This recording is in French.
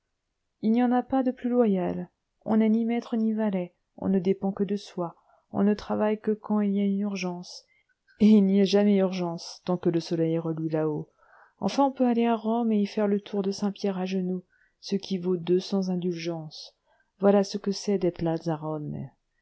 il n'y en a pas de plus loyal on n'est ni maître ni valet on ne dépend que de soi on ne travaille que quand il y a urgence et il n'y a jamais urgence tant que le soleil reluit là-haut enfin on peut aller à rome et faire le tour de saint-pierre à genoux ce qui vaut deux cents indulgences voilà ce que c'est